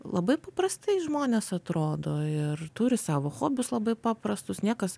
labai paprastai žmonės atrodo ir turi savo hobius labai paprastus niekas